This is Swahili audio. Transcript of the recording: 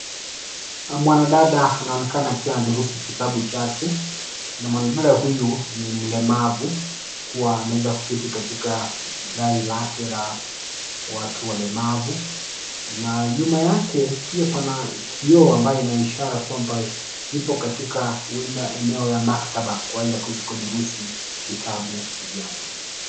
Mwanadada anaonekana akiwa anadurusu kitabu chake na mwanadada huyu ni mlemavu, kuwa ameweza kuketi katika gari lake la watu walemavu na nyuma yake, pia pana kioo ambayo ina ishara kwamba yupo katika huenda eneo la maktaba, kwa ajili ya kuweza kudurusu vitabu vyake.